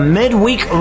midweek